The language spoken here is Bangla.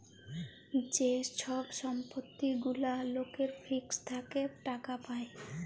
যে ছব সম্পত্তি গুলা লকের ফিক্সড থ্যাকে টাকা পায়